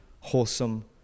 wholesome